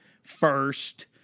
First